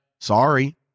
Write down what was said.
Sorry